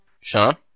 Sean